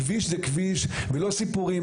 כביש זה כביש ולא סיפורים.